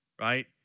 right